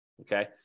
Okay